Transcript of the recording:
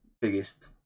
biggest